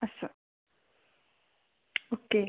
असं ओके